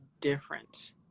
different